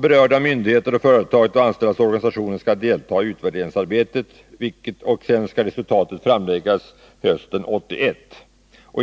Berörda myndigheter, företaget och de anställdas organisationer bör delta i utvärderingsarbetet, och sedan skall resultatet redovisas för riksdagen under hösten 1981.